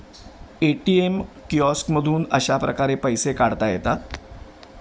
ए T M किऑस्कमधून अशा प्रकारे पैसे काढता येतात